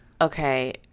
okay